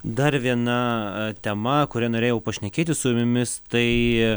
dar viena tema kuria norėjau pašnekėti su jumis tai